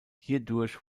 hierdurch